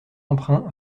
emprunt